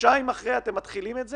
חודשיים אחרי אתם מתחילים את זה,